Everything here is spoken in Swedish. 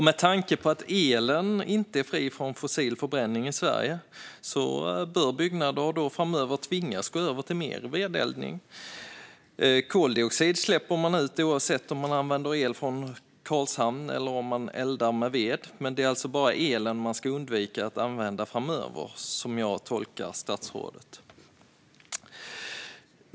Med tanke på att elen inte är fri från fossil förbränning i Sverige bör byggnader framöver tvingas gå över till mer vedeldning. Koldioxid släpper man ut oavsett om man använder el från Karlshamn eller om man eldar med ved, men det är alltså bara elen man ska undvika att använda framöver, som jag tolkar statsrådet.